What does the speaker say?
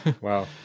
wow